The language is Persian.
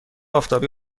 آفتابی